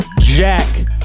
Jack